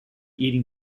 eating